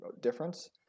difference